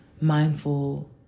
mindful